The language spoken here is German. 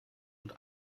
und